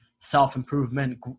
self-improvement